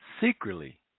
Secretly